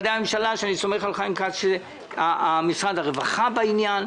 סומך על שר הרווחה שמשרדו מעורה בנושא.